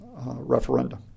referenda